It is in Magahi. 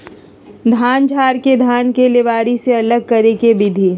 धान झाड़ के धान के लेबारी से अलग करे के विधि